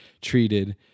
treated